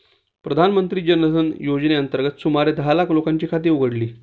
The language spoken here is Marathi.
प्रधानमंत्री जन धन योजनेअंतर्गत सुमारे दहा लाख लोकांची खाती उघडली